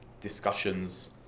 discussions